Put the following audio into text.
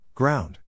Ground